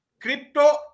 crypto